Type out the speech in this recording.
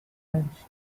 lunch